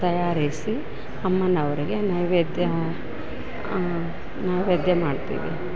ತಯಾರಿಸಿ ಅಮ್ಮನವರಿಗೆ ನೈವೇದ್ಯ ನೈವೇದ್ಯ ಮಾಡ್ತಿವಿ